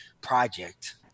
project